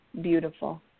beautiful